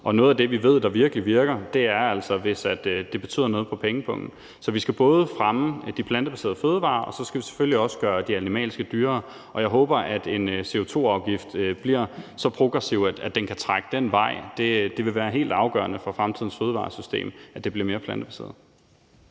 Og noget af det, vi ved virkelig virker, er altså, at det betyder noget for pengepungen. Så vi skal både fremme de plantebaserede fødevarer og selvfølgelig også gøre de animalske dyrere. Og jeg håber, at en CO2-afgift bliver så progressiv, at den kan trække den vej. Det vil være helt afgørende for fremtidens fødevaresystem, at det bliver mere plantebaseret.